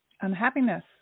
unhappiness